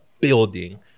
building